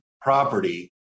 property